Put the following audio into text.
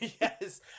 yes